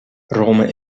rome